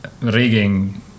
rigging